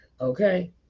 Okay